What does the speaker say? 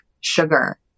sugar